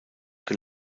que